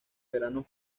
veranos